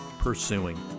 Pursuing